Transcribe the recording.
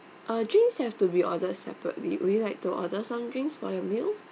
uh drinks have to be order separately would you like to order some drinks for your meal